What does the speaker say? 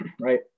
right